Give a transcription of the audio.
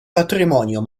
patrimonio